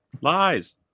Lies